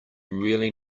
really